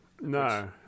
no